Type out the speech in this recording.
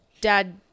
dad